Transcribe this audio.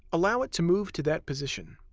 allow it to move to that position.